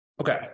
Okay